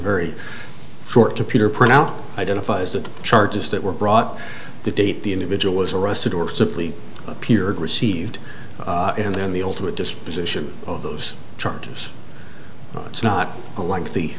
very short computer printout identifies that the charges that were brought to date the individual was arrested or simply appeared received and then the ultimate disposition of those charges it's not a lengthy